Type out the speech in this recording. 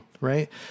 right